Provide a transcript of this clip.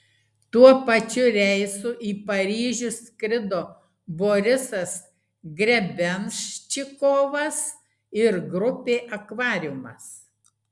tuo pačiu reisu į paryžių skrido borisas grebenščikovas ir grupė akvariumas